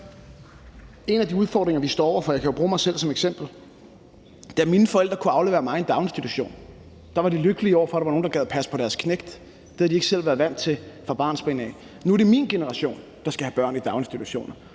en af de udfordringer, vi står over for: Da mine forældre kunne aflevere mig i en daginstitution, var de lykkelige over, at der var nogen, der gad at passe på deres knægt. Det havde de ikke selv været vant til fra barnsben af. Nu er det min generation, der skal have børn i daginstitutioner,